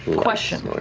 question.